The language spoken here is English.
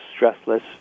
Stressless